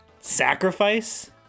Sacrifice